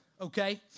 okay